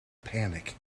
panic